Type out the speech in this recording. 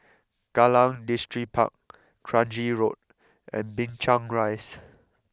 Kallang Distripark Kranji Road and Binchang Rise